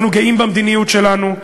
אנחנו גאים במדיניות שלנו,